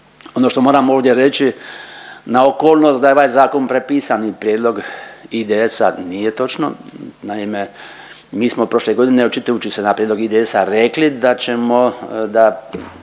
Ono što moram ovdje reći na okolnost da je ovaj zakon prepisani prijedlog IDS-a nije točno. Naime, mi smo prošle godine očitujući se na prijedlog IDS-a rekli da ćemo, da